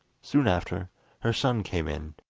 soon after her son came in,